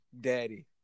Daddy